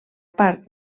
part